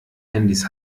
handys